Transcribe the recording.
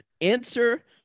answer